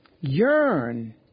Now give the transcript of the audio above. Yearn